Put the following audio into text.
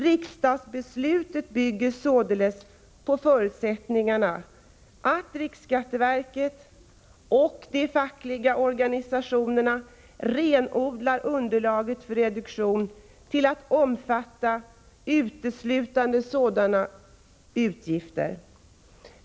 Riksdagsbeslutet bygger således på förutsättningen att riksskatteverket och de fackliga organisationerna renodlar underlaget för reduktionen till att omfatta uteslutande sådana utgifter.